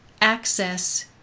access